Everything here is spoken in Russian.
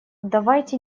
давайте